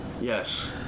Yes